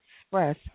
express